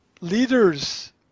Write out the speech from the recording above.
leaders